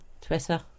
Twitter